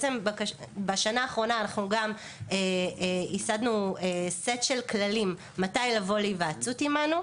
בשנה האחרונה אנחנו ייסדנו סט של כללים מתי לבוא להיוועצות עמנו,